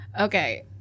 okay